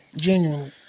Genuinely